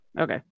Okay